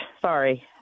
Sorry